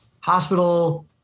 hospital